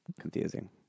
Confusing